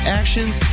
actions